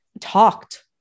talked